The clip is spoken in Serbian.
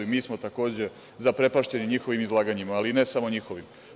Mi smo takođe zaprepašćeni njihovim izlaganjima, ali ne samo njihovim.